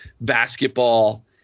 basketball